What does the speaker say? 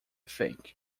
think